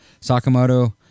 Sakamoto